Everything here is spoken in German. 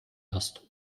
hast